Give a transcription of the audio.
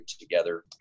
together